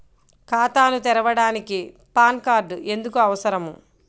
ఖాతాను తెరవడానికి PAN card ఎందుకు అవసరము?